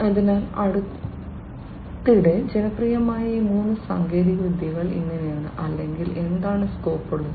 അതിനാൽ അടുത്തിടെ ജനപ്രിയമായ ഈ മൂന്ന് സാങ്കേതികവിദ്യകൾ ഇങ്ങനെയാണ് അല്ലെങ്കിൽ എന്താണ് സ്കോപ്പ് ഉള്ളത്